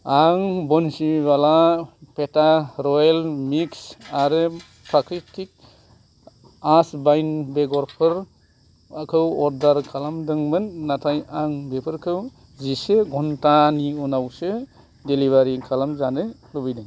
आं बन्सिवाला पेथा र'येल मिक्स आरो प्राकृतिक आजवाइन बेगरफोरखौ अर्डार खालामदोंमोन नाथाय आं बेफोरखौ जिसे घन्टानि उनावसो डेलिबारि खालामजानो लुबैदों